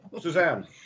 Suzanne